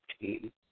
team